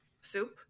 soup